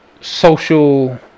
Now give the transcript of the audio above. social